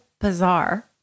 bizarre